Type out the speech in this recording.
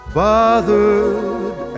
bothered